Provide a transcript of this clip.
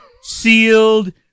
sealed